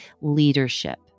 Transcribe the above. leadership